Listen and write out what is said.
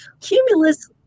Cumulus